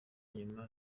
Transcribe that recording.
nyuma